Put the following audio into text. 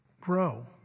grow